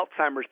Alzheimer's